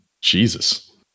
Jesus